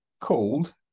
called